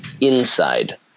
inside